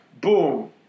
Boom